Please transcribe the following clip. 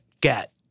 get